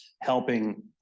helping